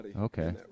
Okay